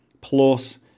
Plus